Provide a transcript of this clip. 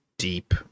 deep